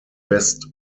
best